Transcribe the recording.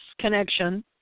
connection